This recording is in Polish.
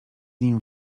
nim